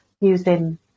using